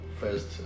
first